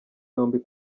yombi